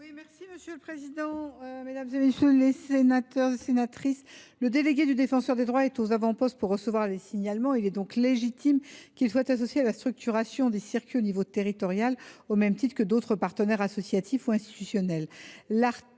émet un avis défavorable. Quel est l’avis du Gouvernement ? Le délégué du Défenseur des droits est aux avant postes pour recevoir les signalements. Il est donc légitime qu’il soit associé à la structuration des circuits au niveau territorial, au même titre que d’autres partenaires associatifs ou institutionnels.